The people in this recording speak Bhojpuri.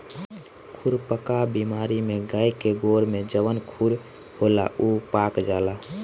खुरपका बेमारी में गाय के गोड़ में जवन खुर होला उ पाक जाला